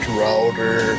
router